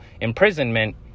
imprisonment